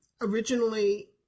originally